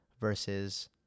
versus